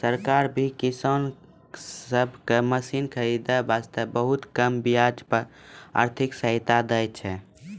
सरकार भी किसान सब कॅ मशीन खरीदै वास्तॅ बहुत कम ब्याज पर आर्थिक सहायता दै छै